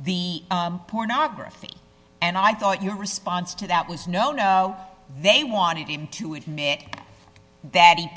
the pornography and i thought your response to that was no no they wanted him to admit that he